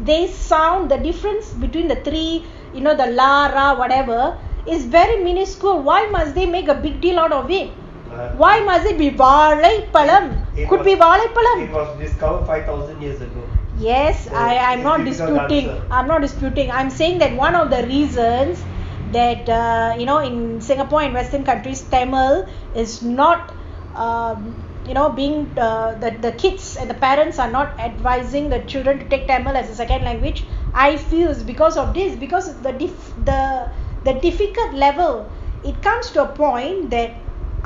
they sound the difference between the three lah ra whatever is miniscule why must they make a big deal out of it why must it be வாழைப்பழம்:valaipalam yes I I not disputing I'm not disputing I'm saying that one of the reasons that ugh you know in singapore and western countries tamil is not um you know being the kids and the parents are not advising the parents to take parents as a second language I feel is because of this is because of the difficult level it comes to a point that